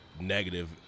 negative